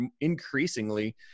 increasingly